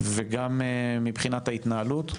וגם מבחינת ההתנהלות.